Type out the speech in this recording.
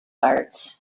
arts